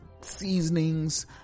seasonings